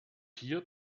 hier